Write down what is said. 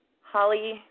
Holly